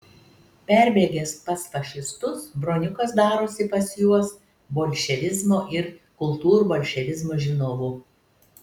perbėgęs pas fašistus broniukas darosi pas juos bolševizmo ir kultūrbolševizmo žinovu